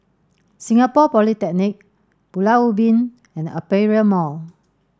Singapore Polytechnic Pulau Ubin and Aperia Mall